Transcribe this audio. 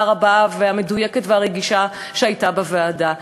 הרבה והמדויקת והרגישה שהייתה בוועדה,